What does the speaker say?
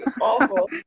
awful